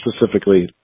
specifically